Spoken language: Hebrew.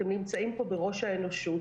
אתם נמצאים פה בראש האנושות,